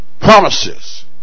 promises